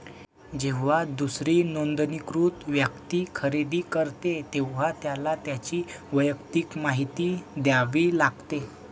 जेव्हा दुसरी नोंदणीकृत व्यक्ती खरेदी करते, तेव्हा त्याला त्याची वैयक्तिक माहिती द्यावी लागते